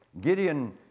Gideon